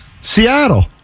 Seattle